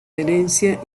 herencia